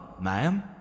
ma'am